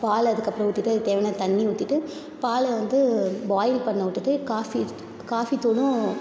பால் அதுக்கப்புறம் ஊற்றிட்டு அதுக்கு தேவையான தண்ணி ஊற்றிட்டு பாலை வந்து பாயில் பண்ண விட்டுட்டு காஃபி காஃபி தூளும்